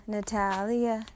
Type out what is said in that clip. Natalia